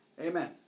Amen